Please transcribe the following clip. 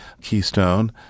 Keystone